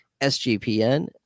SGPN